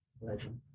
legend